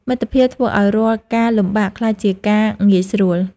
មិត្តភាពធ្វើឱ្យរាល់ការលំបាកក្លាយជាការងាយស្រួល។